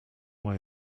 way